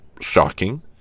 shocking